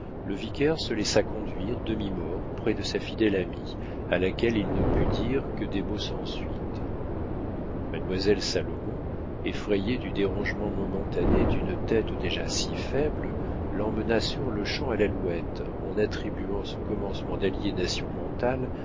le vicaire se laissa conduire demi-mort près de sa fidèle amie à laquelle il ne put dire que des mots sans suite mademoiselle salomon effrayée du dérangement momentané d'une tête déjà si faible l'emmena sur-le-champ à l'alouette en attribuant ce commencement d'aliénation mentale